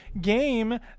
game